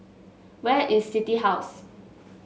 where is City House